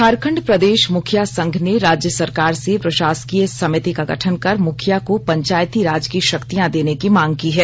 झारखंड प्रदेश मुखिया संघ ने राज्य सरकार से प्रशासकीय समिति का गठन कर मुखिया को पंचायती राज की शक्तियां देने की मांग की है